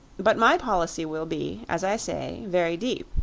but my policy will be, as i say, very deep.